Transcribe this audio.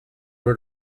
over